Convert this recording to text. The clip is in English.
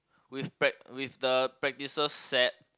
with prac~ with the practices set